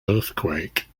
earthquake